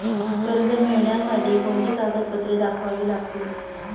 कर्ज मिळण्यासाठी कोणती कागदपत्रे दाखवावी लागतील?